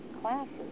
classes